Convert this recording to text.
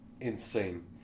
insane